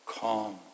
Calm